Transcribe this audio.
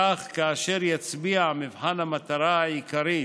כך, כאשר יצביע מבחן המטרה העיקרית